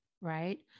right